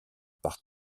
par